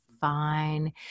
fine